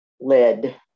led